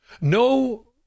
No